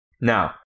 Now